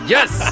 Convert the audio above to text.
Yes